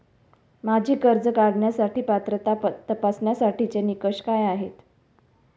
माझी कर्ज काढण्यासाठी पात्रता तपासण्यासाठीचे निकष काय आहेत?